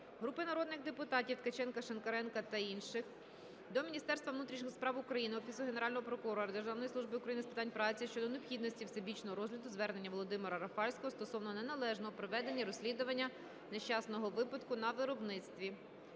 Групи народних депутатів (Ткаченка, Шинкаренка та інших) до Міністерства внутрішніх справ України, Офісу Генерального прокурора, Державної служби України з питань праці щодо необхідності всебічного розгляду звернення Володимира Рафальського стосовно неналежного проведення розслідування нещасного випадку на виробництві.